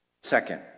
Second